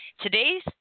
Today's